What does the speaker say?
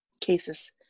cases